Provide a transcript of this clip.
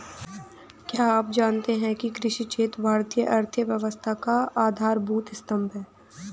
क्या आप जानते है कृषि क्षेत्र भारतीय अर्थव्यवस्था का आधारभूत स्तंभ है?